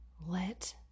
let